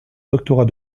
doctorat